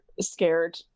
scared